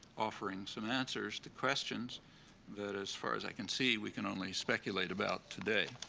offering some answers to questions that, as far as i can see, we can only speculate about today.